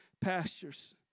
pastures